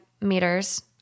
meters